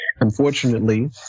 Unfortunately